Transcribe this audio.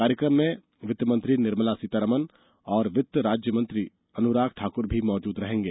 कार्यक्रम में वित्त मंत्री निर्मला सीतारमण और वित्त राज्य मंत्री अनुराग ठाकुर भी मौजूद रहेंगे